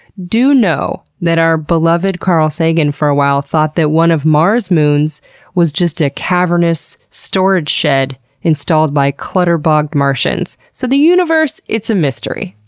do know that our beloved carl sagan for a while, thought that one of mars' moons was just a cavernous storage shed installed by clutter-bogged martians. so the universe, it's a mystery.